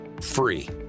free